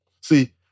See